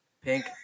Pink